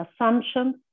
assumptions